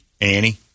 Annie